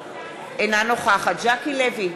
אינה נוכחת ז'קי לוי,